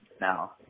now